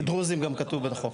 דרוזים גם כתוב על החוק.